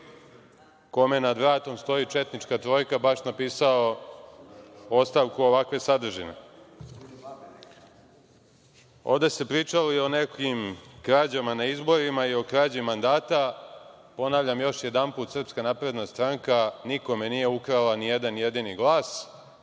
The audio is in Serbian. kome nad vratom stoji četnička trojka baš napisao ostavku ovakve sadržine. Ovde se pričalo i o nekim krađama na izborima i o krađi mandata, ponavljam još jednom SNS nikome nije ukrala ni jedan jedini glas.